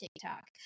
TikTok